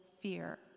fear